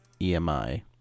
EMI